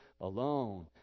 alone